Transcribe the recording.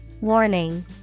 Warning